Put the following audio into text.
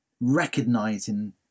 recognizing